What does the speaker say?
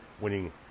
winning